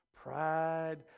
pride